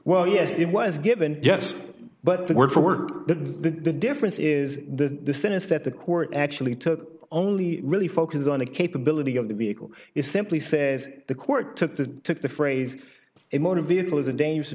well yes it was given yes but the word for word the difference is the thing is that the court actually took only really focus on capability of the vehicle is simply says the court took the took the phrase a motor vehicle is a dangerous